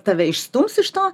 tave išstums iš to